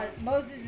Moses